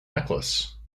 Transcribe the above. necklace